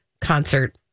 concert